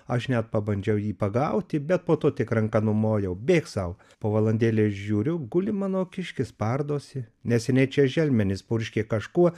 aš net pabandžiau jį pagauti bet po to tik ranka numojau bėk sau po valandėlės žiūriu guli mano kiškis spardosi neseniai čia želmenis purškė kažkuo